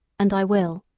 and i will.